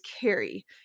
carry